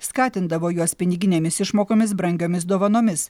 skatindavo juos piniginėmis išmokomis brangiomis dovanomis